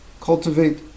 cultivate